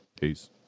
Peace